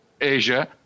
Asia